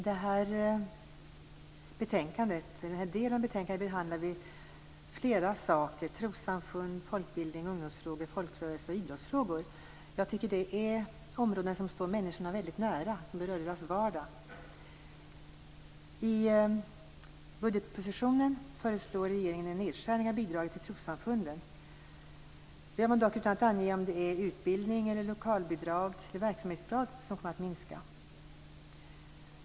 Herr talman! I denna del av betänkandet behandlas flera saker. Det gäller trossamfund, folkbildning, ungdomsfrågor, folkrörelser och idrottsfrågor. Det är områden som jag tycker står människor väldigt nära, som berör människors vardag. I budgetpropositionen föreslår regeringen en nedskärning av bidraget till trossamfunden, dock utan att ange om det är utbildningsbidrag, lokalbidrag eller verksamhetsbidrag som kommer att minska.